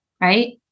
right